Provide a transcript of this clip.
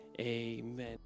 amen